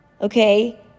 okay